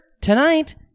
tonight